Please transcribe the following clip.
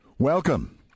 Welcome